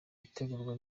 itegurwa